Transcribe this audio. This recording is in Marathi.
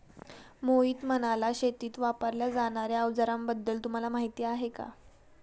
मोहित म्हणाला, शेतीत वापरल्या जाणार्या अवजारांबद्दल तुम्हाला माहिती आहे का?